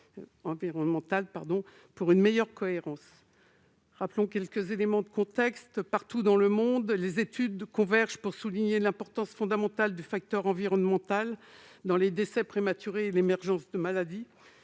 une meilleure cohérence entre eux. Rappelons quelques éléments de contexte. Partout dans le monde, les études convergent pour souligner l'importance fondamentale du facteur environnemental dans les décès prématurés et l'émergence de maladies.